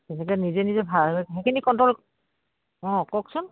তেনেকে নিজে নিজে ভাল সেইখিনি কণ্ট্ৰল অঁ কওকচোন